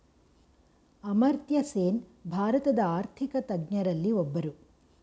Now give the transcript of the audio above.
ಅಮರ್ತ್ಯಸೇನ್ ಭಾರತದ ಆರ್ಥಿಕ ತಜ್ಞರಲ್ಲಿ ಒಬ್ಬರು